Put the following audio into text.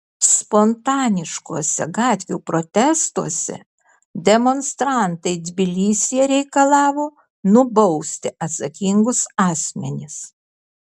spontaniškuose gatvių protestuose demonstrantai tbilisyje reikalavo nubausti atsakingus asmenis